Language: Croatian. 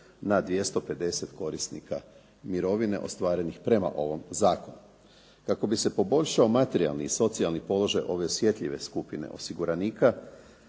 na 250 korisnika mirovine ostvarenih prema ovom zakonu. Kako bi se poboljšao materijalni i socijalni položaj ove osjetljive skupine osiguranika